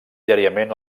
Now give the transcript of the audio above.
diàriament